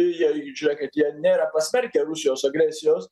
jie žiūrėkit jie nėra pasmerkė rusijos agresijos